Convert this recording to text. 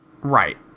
Right